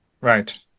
right